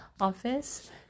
office